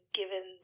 given